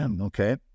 okay